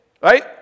right